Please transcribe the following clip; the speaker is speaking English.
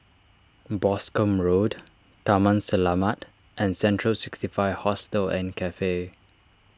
Boscombe Road Taman Selamat and Central sixty five Hostel and Cafe